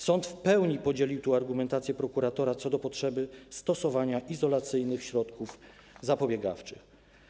Sąd w pełni podzielił tu argumentację prokuratora co do potrzeby stosowania izolacyjnych środków zapobiegawczych.